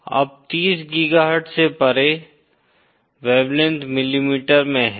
अब 30 GHz से परे वेवलेंथ मिलीमीटर में है